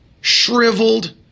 shriveled